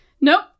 Nope